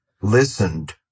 listened